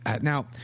now